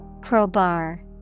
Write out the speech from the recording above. Crowbar